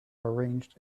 arranged